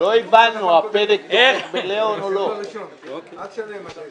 מועצה אזורית עמק הירדן הקימו קווי ביוב ותחנות שאיבה בסובב כנרת.